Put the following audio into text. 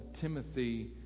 Timothy